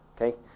okay